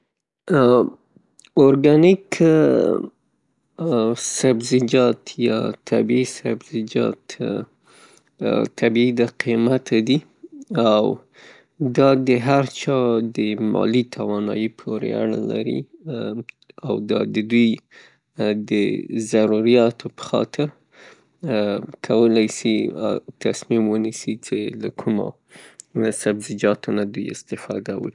خواړه زمونږ په ټول په ټولیزه روغتیا کې مهم رول لوبیی، هغه مهم او اړین مغذي مواد چمتو کول د بدن د پیاوړي ساتلو لپاره مرسته کیې. د میوو، سبزیجاتو او ټولو حبي حبوباتو او پروټینونو څخه بډایه خواړه د صحي وزن ساتلو کې مرسته کیي. د معافیت سیستم پیاوړي کیی.